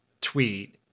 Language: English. tweet